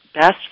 best